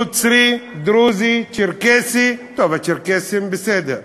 נוצרי, דרוזי, צ'רקסי, טוב, הצ'רקסים בסדר.